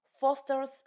fosters